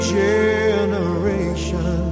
generation